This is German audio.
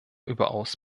überaus